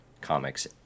comics